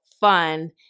fun